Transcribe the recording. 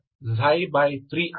e3ಆಗಿದೆ